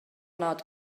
nad